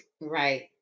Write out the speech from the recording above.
right